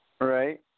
Right